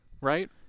right